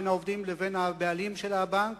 בין העובדים לבין הבעלים של הבנק.